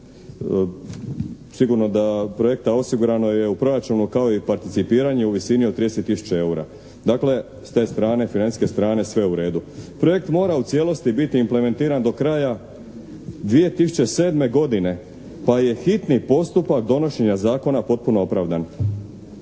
sigurno da projekta osigurano je u proračunu kao i participiranje u visini od 30 tisuća eura. Dakle s te strane, financijske strane sve je u redu. Projekt mora u cijelosti biti implementiran do kraja 2007. godine pa je hitni postupak donošenja zakona potpuno opravdan.